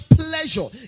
pleasure